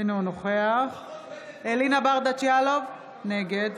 אינו נוכח אלינה ברדץ' יאלוב, נגד